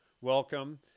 welcome